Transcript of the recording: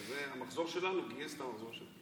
המחזור שלנו גייס את המחזור שלו.